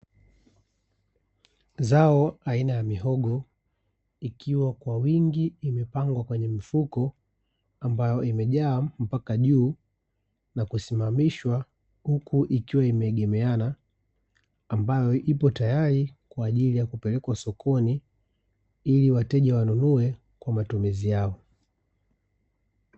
Zao aina ya mihogo ikiwa kwa wingi imepangwa kwenye mifuko, ambayo imejaa mpaka juu na kusimamishwa huku ikiwa imeegemeana, ambayo ipo tayari kwa ajili ya kupelekwa sokoni ili wateja wanunue kwa mtumizi yao.